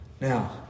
Now